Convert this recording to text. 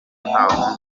nta